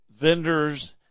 vendors